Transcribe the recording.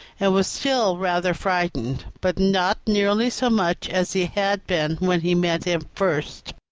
and was still rather frightened, but not nearly so much as he had been when he met him first.